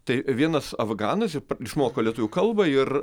tai vienas afganas ir išmoko lietuvių kalbą ir